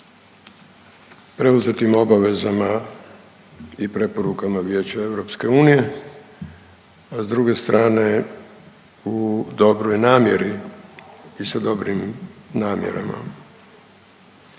preuzetim obavezama i preporukama Vijeća EU, a s druge strane u dobroj namjeri i sa dobrim namjerama.